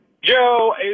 Joe